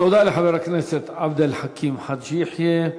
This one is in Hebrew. תודה לחבר הכנסת עבד אל חכים חאג' יחיא.